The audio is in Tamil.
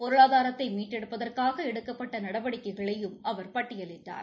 பொருளாதாரத்தை மீட்டெடுப்பதற்காக எடுக்கப்பட்ட நடவடிக்கைகளையும் அவர் பட்டியலிட்டார்